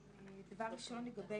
ארנון-שרעבי,